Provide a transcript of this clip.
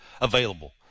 available